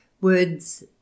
words